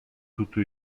tutto